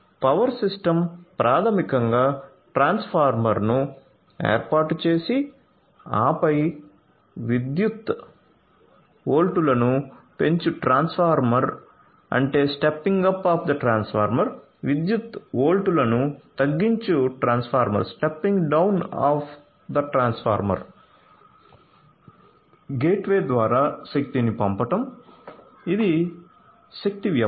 power system ప్రాథమికంగా ట్రాన్స్ఫార్మర్ను ఏర్పాటు చేసి ఆపై విద్యుతు వోల్టులను పెంచు ట్రాన్స్ఫార్మర్ గేట్వే ద్వారా శక్తిని పంపడం ఇది శక్తి వ్యవస్థ